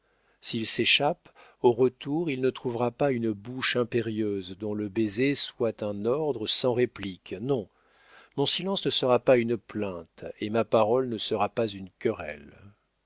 s'il s'échappe au retour il ne trouvera pas une bouche impérieuse dont le baiser soit un ordre sans réplique non mon silence ne sera pas une plainte et ma parole ne sera pas une querelle